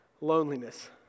loneliness